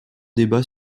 débats